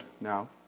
now